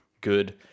good